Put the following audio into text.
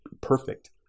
perfect